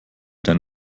denn